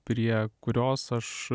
prie kurios aš